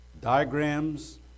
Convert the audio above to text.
diagrams